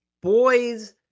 boy's